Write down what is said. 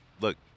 Look